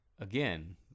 Again